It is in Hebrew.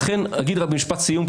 אגיד רק במשפט סיום,